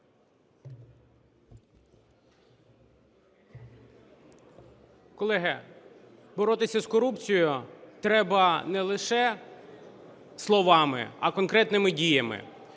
Колеги, боротися з корупцією треба не лише словами, а конкретними діями.